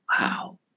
Wow